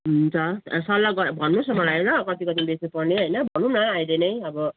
हुन्छ सल्लाह गरेर भन्नुहोस् न मलाई ल कति कति बेच्नु पर्ने होइन भन्नु न अहिले नै अब